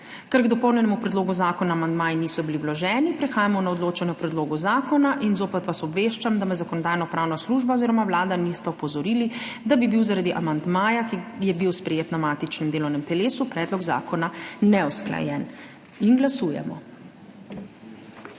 Ker k dopolnjenemu predlogu zakona amandmaji niso bili vloženi, prehajamo na odločanje o predlogu zakona. Zopet vas obveščam, da me Zakonodajno-pravna služba oziroma Vlada nista opozorili, da bi bil zaradi amandmaja, ki je bil sprejet na matičnem delovnem telesu, predlog zakona neusklajen. Glasujemo.